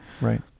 Right